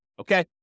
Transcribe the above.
Okay